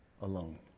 alone